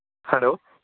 hello